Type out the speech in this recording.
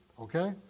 Okay